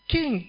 King